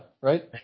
right